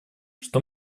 что